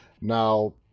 Now